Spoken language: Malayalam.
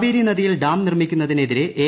കാവേരി നദിയിൽ ഡാം നിർമ്മിക്കുന്നതിന് എതിരെ എ